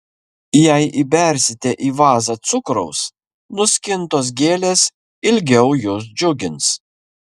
jei įbersite į vazą cukraus nuskintos gėlės ilgiau jus džiugins